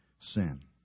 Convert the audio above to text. sin